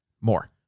More